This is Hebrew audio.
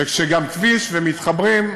וגם כביש, ומתחברים,